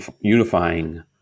unifying